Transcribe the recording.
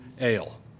ale